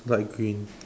light green